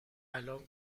الان